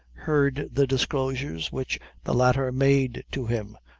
heard the disclosures which the latter made to him,